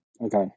okay